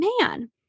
man